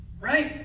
right